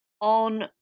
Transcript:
on